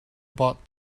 bought